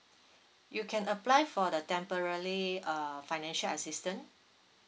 you can apply for the temporally uh financial assistance